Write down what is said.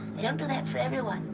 they don't do that for everyone.